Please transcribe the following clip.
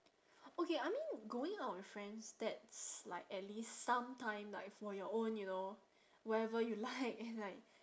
okay I mean going out with friends that's like at least some time like for your own you know whatever you like and like